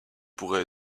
pourrait